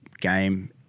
game